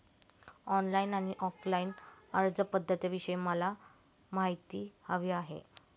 online आणि offline अर्जपध्दतींविषयी मला माहिती हवी आहे